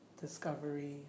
discovery